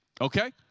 okay